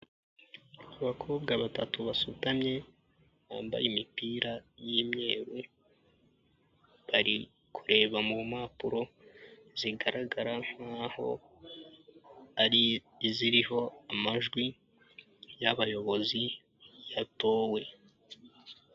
Abakobwa batatu basutamye, bambaye imipira y'imyeru, bari kureba mu mpapuro zigaragara nkaho ari iziriho amajwi y'abayobozi yatowe.